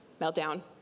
meltdown